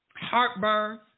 Heartburn